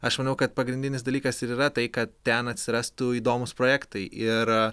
aš manau kad pagrindinis dalykas ir yra tai kad ten atsirastų įdomūs projektai ir